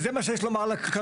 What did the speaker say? זה מה שיש לומר כרגע.